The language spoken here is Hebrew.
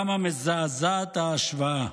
כמה מזעזעת ההשוואה.